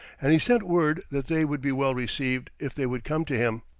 and he sent word that they would be well received if they would come to him.